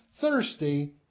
thirsty